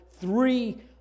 three